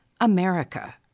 America